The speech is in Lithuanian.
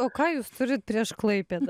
o ką jūs turit prieš klaipėdą